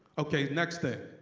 okay, next thing.